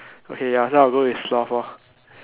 okay ya so I'll go with sloth lor